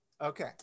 Okay